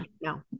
No